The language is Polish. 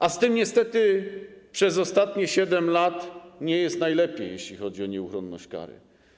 A z tym niestety przez ostatnie 7 lat nie jest najlepiej, jeśli chodzi o nieuchronność kary.